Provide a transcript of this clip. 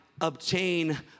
obtain